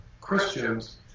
christians